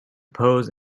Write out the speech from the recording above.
pose